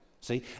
see